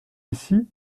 ici